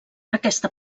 aquesta